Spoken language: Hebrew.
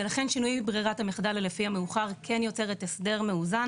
ולכן שינוי ברירת המחדל או לפי המאוחר כן יוצרת הסדר מאוזן.